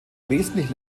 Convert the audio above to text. wesentlich